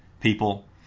people